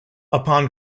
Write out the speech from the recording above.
upon